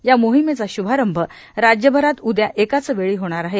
या मोहिमेचा शुभारंभ राज्यभरात उदया एकाच वेळी होणार आहे